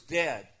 dead